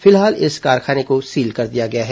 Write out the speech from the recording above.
फिलहाल इस कारखाने को सील कर दिया गया है